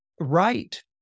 right